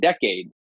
decade